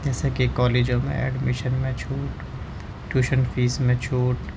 جیسا کہ کالجوں میں ایڈمیشن میں چھوٹ ٹیوشن فیس میں چھوٹ